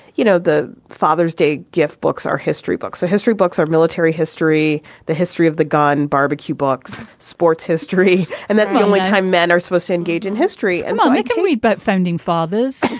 you know, the father's day gift books are history books. so history books are military history. the history of the god and barbecue books, sports history. and that's um why men are supposed to engage in history and men can read but founding fathers,